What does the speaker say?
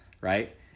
right